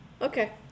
Okay